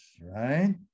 right